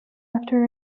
after